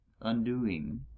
undoing